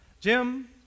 Jim